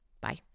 Bye